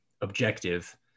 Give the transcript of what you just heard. objective